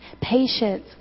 patience